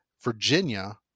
Virginia